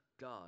God